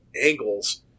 angles